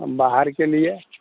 अब बाहर के लिए